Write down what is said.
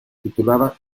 titulada